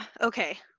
Okay